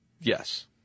yes